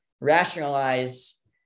rationalize